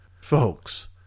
folks